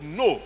no